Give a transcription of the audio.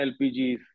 LPGs